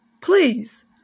Please